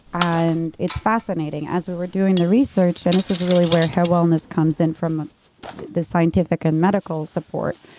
and it's fascinating as we were doing the research, and this is really where hair wellness comes in from the scientific and medical support,